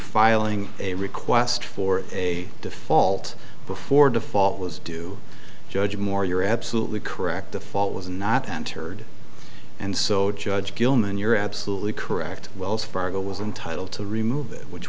filing a request for a default before default was due judge moore you're absolutely correct the fault was not entered and so judge gilman you're absolutely correct wells fargo was entitle to remove it which